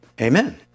Amen